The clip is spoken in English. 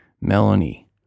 Melanie